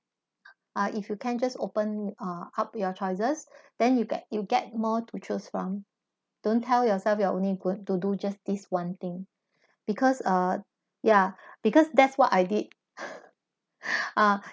ah if you can just open uh up your choices then you get you get more to choose from don't tell yourself you are only good to do just this one thing because uh yeah because that's what I did ah